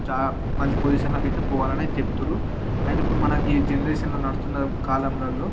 చాలా మంచి పొజిషన్లోకి పోవాలనైతే చెప్తారు అండ్ ఇప్పుడు మనది జనరేషన్ నడుస్తున్న కాలంలో